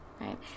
right